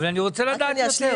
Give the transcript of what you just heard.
אבל אני רוצה לדעת יותר.